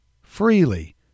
freely